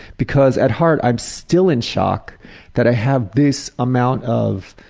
because at heart i'm still in shock that i have this amount of